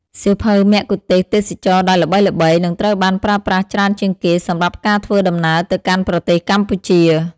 សៀវភៅមគ្គុទ្ទេសក៍ទេសចរណ៍ដែលល្បីៗ និងត្រូវបានប្រើប្រាស់ច្រើនជាងគេសម្រាប់ការធ្វើដំណើរទៅកាន់ប្រទេសកម្ពុជា។